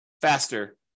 faster